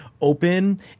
open